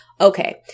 Okay